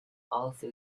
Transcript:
also